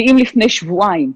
אם לפני שבועיים,